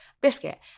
biscuit